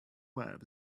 web